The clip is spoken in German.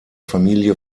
familie